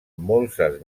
molses